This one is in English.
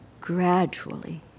gradually